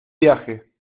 viaje